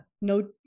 no